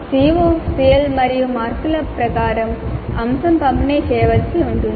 CO CL మరియు మార్కుల ప్రకారం అంశం పంపిణీ చేయవలసి ఉంది